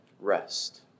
rest